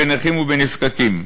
בנכים ובנזקקים.